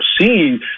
seeing